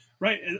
Right